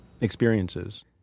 experiences